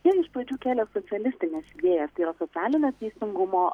jie iš pradžių kėlė socialistines idėjas tai yra socialinio teisingumo